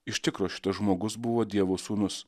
iš tikro šitas žmogus buvo dievo sūnus